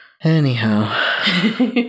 Anyhow